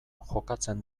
jokatzen